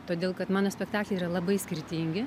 todėl kad mano spektakliai yra labai skirtingi